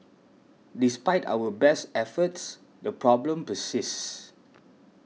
despite our best efforts the problem persists